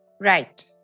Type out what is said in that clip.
Right